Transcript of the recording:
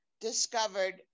discovered